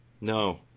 No